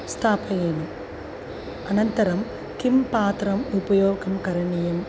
स्थापयेयुः अनन्तरं किं पात्रम् उपयोगं करणीयम्